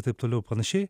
taip toliau panašiai